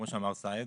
כמו שאמר סאיד,